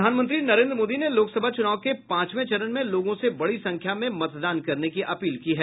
प्रधानमंत्री नरेंद्र मोदी ने लोकसभा चुनाव के पांचवां चरण में लोगों से बड़ी संख्या में मतदान करने की अपील की है